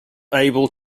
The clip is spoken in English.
able